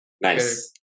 nice